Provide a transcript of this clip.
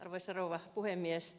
arvoisa rouva puhemies